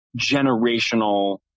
generational